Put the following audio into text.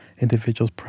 individuals